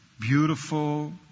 beautiful